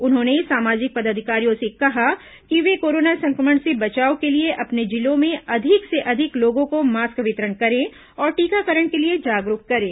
उन्होंने सामाजिक पदाधिकारियों से कहा कि वे कोरोना संक्रमण से बचाव के लिए अपने जिलों में अधिक से अधिक लोगों को मास्क वितरण करें और टीकाकरण के लिए जागरूक करें